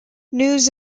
news